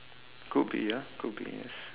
could be ah could be yes